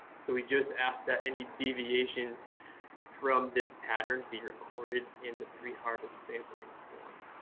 so we just ask that any deviations from this pattern be recorded in the pre-harvest sampling form.